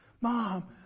Mom